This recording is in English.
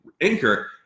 anchor